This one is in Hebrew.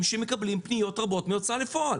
שמקבלים פניות רבות מההוצאה לפועל.